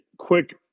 quick